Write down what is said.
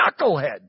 knucklehead